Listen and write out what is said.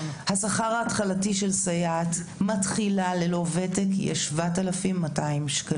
השכר ההתחלתי של סייעת מתחילה ללא וותק יהיה 7,200 שקלים.